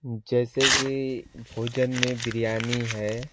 जैसे कि भोजन में बिरयानी है